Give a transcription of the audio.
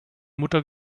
mutter